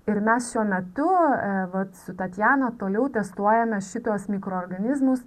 ir mes šiuo metu e vat su tatjana toliau testuojame šituos mikroorganizmus